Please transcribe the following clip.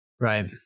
Right